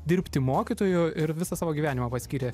dirbti mokytoju ir visą savo gyvenimą paskyrė